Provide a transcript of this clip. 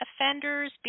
offenders